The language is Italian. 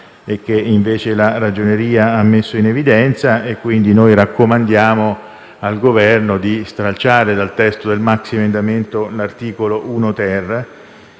e che, invece, la Ragioneria ha messo in evidenza e quindi raccomandiamo al Governo di stralciare dal testo del maxiemendamento l'articolo 1-*ter.*